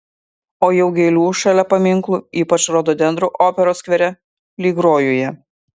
o jau gėlių šalia paminklų ypač rododendrų operos skvere lyg rojuje